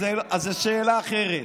זו שאלה אחרת.